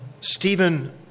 Stephen